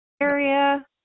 area